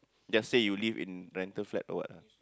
just say you live in rental flat or what ah